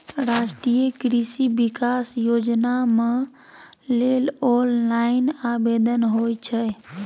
राष्ट्रीय कृषि विकास योजनाम लेल ऑनलाइन आवेदन होए छै